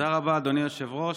תודה רבה, אדוני היושב-ראש.